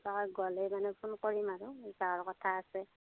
তাত গ'লে মানে ফোন কৰিম আৰু যোৱাৰ কথা আছে